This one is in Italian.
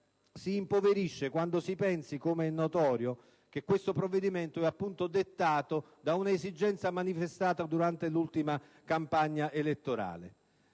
si impoverisce quando si pensi, com'è notorio, che questo provvedimento è dettato da un'esigenza manifestata durante l'ultima campagna elettorale